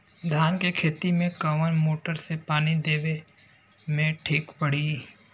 धान के खेती मे कवन मोटर से पानी देवे मे ठीक पड़ी?